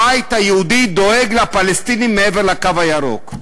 הבית היהודי דואג לפלסטינים מעבר לקו הירוק?